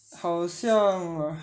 好像 ah